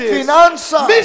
finances